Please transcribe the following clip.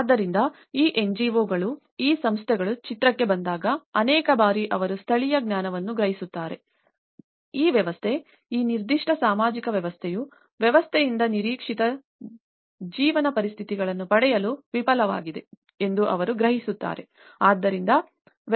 ಆದ್ದರಿಂದ ಈ ಎನ್ಜಿಒಗಳು ಈ ಸಂಸ್ಥೆಗಳು ಚಿತ್ರಕ್ಕೆ ಬಂದಾಗ ಅನೇಕ ಬಾರಿ ಅವರು ಸ್ಥಳೀಯ ಜ್ಞಾನವನ್ನು ಗ್ರಹಿಸುತ್ತಾರೆ ಈ ವ್ಯವಸ್ಥೆ ಈ ನಿರ್ದಿಷ್ಟ ಸಾಮಾಜಿಕ ವ್ಯವಸ್ಥೆಯು ವ್ಯವಸ್ಥೆಯಿಂದ ನಿರೀಕ್ಷಿತ ಜೀವನ ಪರಿಸ್ಥಿತಿಗಳನ್ನು ಪಡೆಯಲು ವಿಫಲವಾಗಿದೆ ಎಂದು ಅವರು ಗ್ರಹಿಸುತ್ತಾರೆ